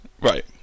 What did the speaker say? Right